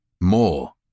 More